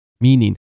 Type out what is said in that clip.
meaning